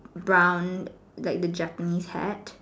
brown like the Japanese hat